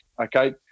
okay